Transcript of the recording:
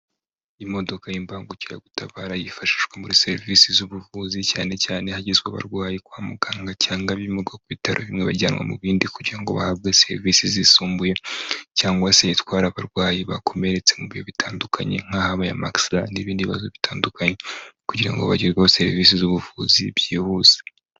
Imodoka y'imbangukiragutabara yifashishwa muri serivisi z'ubuvuzi cyane cyane hagizwe abarwayi kwa muganga cyangwa ibimugwa ku bitaro bimwe bajyanwa mu bindi kugira ngo bahabwe serivisi zisumbuye cyangwa se zitwara abarwayi bakomeretse mu bihe bitandukanye nk'ahabaye amakisida n'ibindi bibazo bitandukanye kugira ngo bagerweho serivisi z'ubuvuzi byihuse.